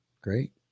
great